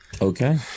Okay